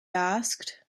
asked